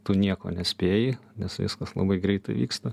tu nieko nespėji nes viskas labai greitai vyksta